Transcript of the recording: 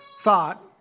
thought